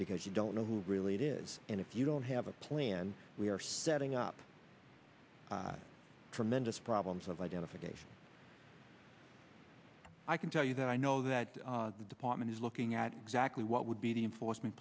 because you don't know who really is and if you don't have a plan we are setting up tremendous problems of identification i can tell you that i know that the department is looking at exactly what would be the enforcement